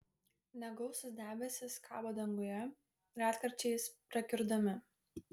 negausūs debesys kabo danguje retkarčiais prakiurdami